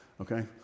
Okay